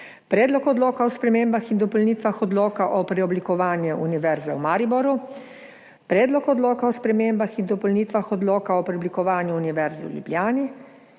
Predlog odloka o spremembah in dopolnitvah Odloka o preoblikovanju Univerze v Mariboru, Predlog odloka o spremembah in dopolnitvah Odloka o preoblikovanju Univerze v Ljubljani